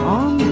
on